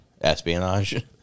Espionage